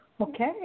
Okay